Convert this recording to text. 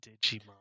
Digimon